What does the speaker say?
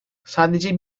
sadece